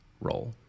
role